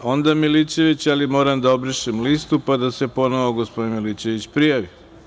Reč onda ima Milićević, ali moram da obrišem listu, pa da se ponovo gospodin Milićević prijavi.